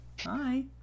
hi